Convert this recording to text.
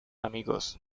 amigos